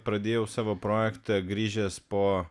pradėjau savo projektą grįžęs po